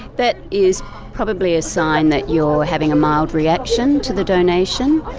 that is probably a sign that you're having a mild reaction to the donation.